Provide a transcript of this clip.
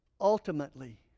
ultimately